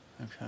Okay